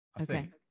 Okay